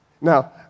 Now